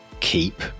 Keep